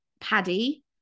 paddy